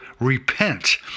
repent